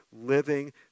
living